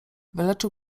wyleczył